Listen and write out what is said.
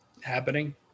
happening